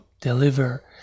deliver